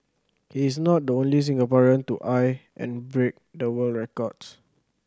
he is not the only Singaporean to eye and break the world records